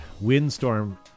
windstorm